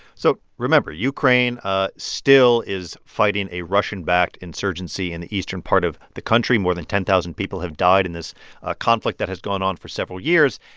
so remember. ukraine ah still is fighting a russian-backed insurgency in the eastern part of the country. more than ten thousand people have died in this ah conflict that has gone on for several years,